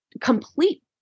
complete